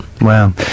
wow